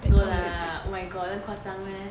no lah oh my god damn 夸张 leh